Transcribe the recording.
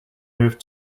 moved